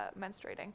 menstruating